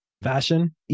Fashion